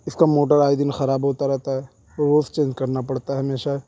اس کا موٹر آئے دن خراب ہوتا رہتا ہے روز چینج کرنا پڑتا ہے ہمیشہ